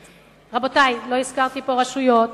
רבותי, לא הזכרתי את הרשויות,